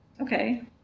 Okay